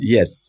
Yes